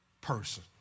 person